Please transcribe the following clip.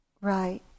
Right